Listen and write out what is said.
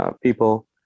people